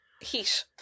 heat